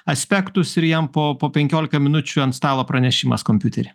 aspektus ir jam po po penkiolika minučių ant stalo pranešimas kompiutery